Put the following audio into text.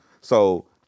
So-